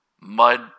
Mud